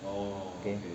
okay